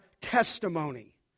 testimony